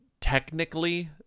technically